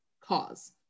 cause